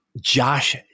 Josh